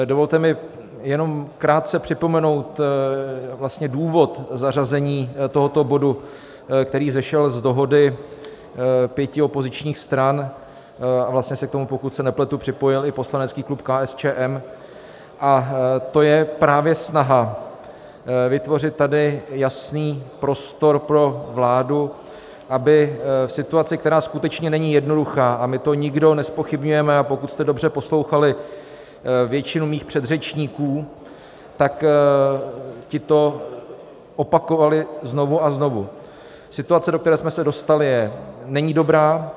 Dovolte mi jenom krátce připomenout důvod zařazení tohoto bodu, který vzešel z dohody pěti opozičních stran, a vlastně se k tomu, pokud se nepletu, připojil i poslanecký klub KSČM, a to právě snaha vytvořit tady jasný prostor pro vládu, aby situaci která skutečně není jednoduchá, a my to nikdo nezpochybňujeme, a pokud jste dobře poslouchali většinu mých předřečníků, tak ti to opakovali znovu a znovu situace, do které jsme se dostali, není dobrá.